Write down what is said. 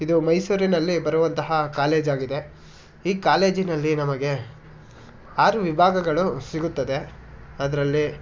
ಇದು ಮೈಸೂರಿನಲ್ಲಿ ಬರುವಂತಹ ಕಾಲೇಜ್ ಆಗಿದೆ ಈ ಕಾಲೇಜಿನಲ್ಲಿ ನಮಗೆ ಆರು ವಿಭಾಗಗಳು ಸಿಗುತ್ತದೆ ಅದರಲ್ಲಿ